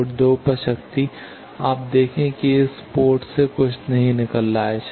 port 2 पर शक्ति आप देखें कि इस पोर्ट से कुछ भी नहीं निकल रहा है